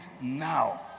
now